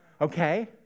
okay